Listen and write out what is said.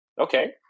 okay